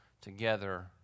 together